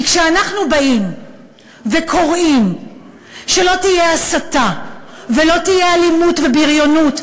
כי כשאנחנו באים וקוראים שלא תהיה הסתה ולא תהיה אלימות ובריונות,